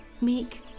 meek